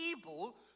able